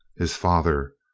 his father,